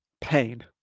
Pain